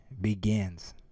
begins